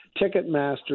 Ticketmaster